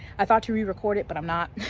i thought to re-record it but i'm not.